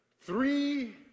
Three